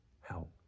help